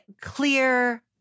clear